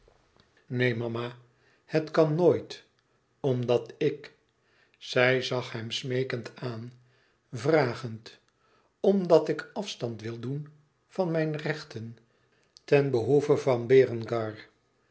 neen mama het kan noit omdat ik zij zag hem smeekend aan vragend omdat ik afstand wil doen van mijn rechten ten behoeve van berengar